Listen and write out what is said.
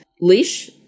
Leash